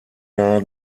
dar